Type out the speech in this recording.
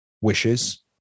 wishes